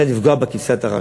צריך לפגוע בכבשת הרש,